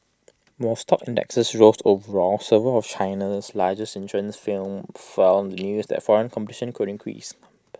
while stock indexes rose overall several of China's largest insurance firms fell the news that foreign competition could increase